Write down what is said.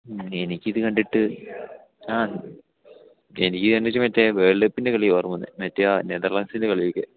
മ് എനിക്കിത് കണ്ടിട്ട് ആ എനിക്ക് കണ്ടിട്ട് മറ്റേ വേൾഡ് കപ്പിൻ്റെ കളിയാണ് ഓർമ്മ വന്നത് മറ്റേ നെതര്ലാൻഡ്സിൻ്റെ കളിയൊക്കെ